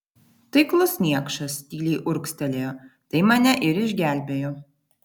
taiklus niekšas tyliai urgztelėjo tai mane ir išgelbėjo